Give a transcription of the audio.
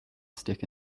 stick